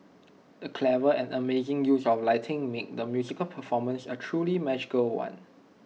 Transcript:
the clever and amazing use of lighting made the musical performance A truly magical one